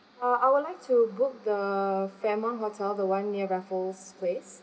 uh I would like to book the Fairmont hotel the one near raffles place